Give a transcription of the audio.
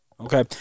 Okay